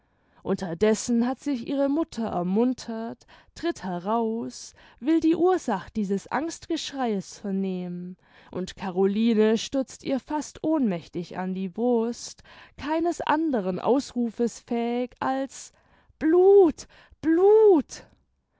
unterdessen hat sich ihre mutter ermuntert tritt heraus will die ursach dieses angstgeschreies vernehmen und caroline stürzt ihr fast ohnmächtig an die brust keines anderen ausrufes fähig als blut blut